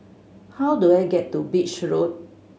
how do I get to Beach Road